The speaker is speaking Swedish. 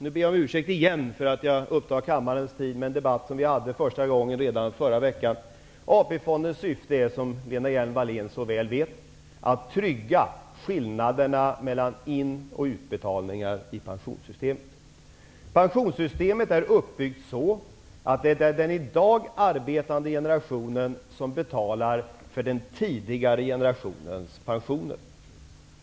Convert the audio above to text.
Nu ber jag om ursäkt igen för att jag upptar kammarens tid med en debatt som vi första gången förde i förra veckan. AP-fondens syfte är, som Lena Hjelm-Wallén så väl vet, att trygga skillnaderna mellan in och utbetalningar i pensionssystemet. Pensionssystemet är uppbyggt så, att det är den i dag arbetande generationen som betalar den tidigare generationens pensioner.